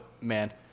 man